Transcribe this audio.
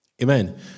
Amen